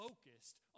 focused